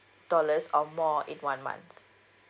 dollars or more in one month